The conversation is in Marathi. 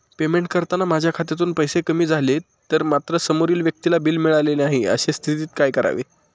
पेमेंट करताना माझ्या खात्यातून पैसे कमी तर झाले आहेत मात्र समोरील व्यक्तीला बिल मिळालेले नाही, अशा स्थितीत काय करावे?